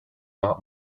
art